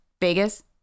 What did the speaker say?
Vegas